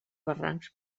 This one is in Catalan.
barrancs